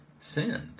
sinned